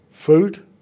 Food